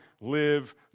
live